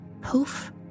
poof